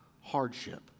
hardship